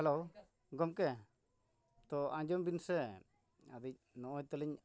hello ᱜᱚᱢᱠᱮ ᱛᱚ ᱟᱸᱡᱚᱢ ᱵᱤᱱᱥᱮ ᱟᱹᱞᱤᱧ ᱱᱚᱜᱼᱚᱭ ᱛᱟᱹᱞᱤᱧ